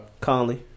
Conley